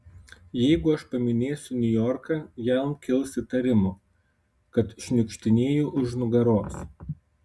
jeigu aš paminėsiu niujorką jam kils įtarimų kad šniukštinėju už nugaros